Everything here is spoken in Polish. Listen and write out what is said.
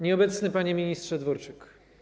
Nieobecny Panie Ministrze Dworczyk!